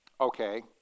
Okay